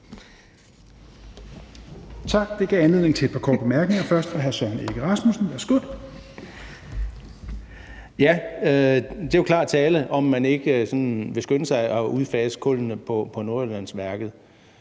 Tak. Det gav anledning til et par korte bemærkninger, først fra hr. Søren Egge Rasmussen. Værsgo. Kl. 13:47 Søren Egge Rasmussen (EL): Det er jo klar tale, at man ikke sådan vil skynde sig med at udfase kullene på Nordjyllandsværket.